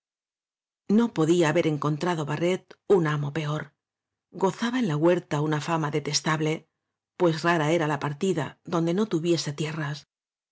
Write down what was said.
no podía haber encontrado barret un ama peor gozaba en la huerta una fama detestable pues rara era la partida donde no tuviese